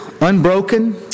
Unbroken